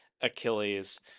Achilles